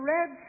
Red